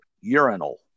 urinal